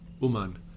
Uman